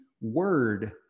word